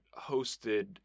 hosted